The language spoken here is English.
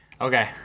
Okay